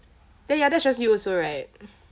ya ya that stress you also right